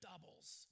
doubles